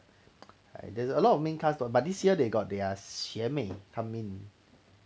a'ah there's a lot of main cast but this year they got their 学妹 come in